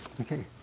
Okay